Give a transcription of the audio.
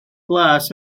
glas